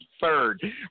third